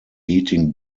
heating